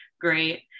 great